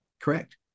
correct